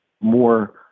more